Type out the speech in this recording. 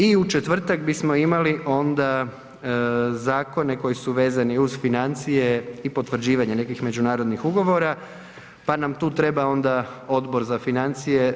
I u četvrtak bismo imali onda zakone koji su vezani uz financije i potvrđivanje nekih međunarodnih ugovora, pa nam tu treba onda Odbor za financije.